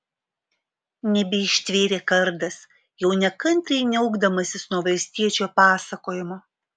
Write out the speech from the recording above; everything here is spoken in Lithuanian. nebeištvėrė kardas jau nekantriai niaukdamasis nuo valstiečio pasakojimo